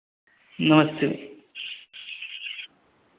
नमस्ते मेम